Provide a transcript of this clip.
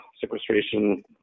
sequestration